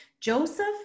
Joseph